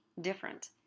different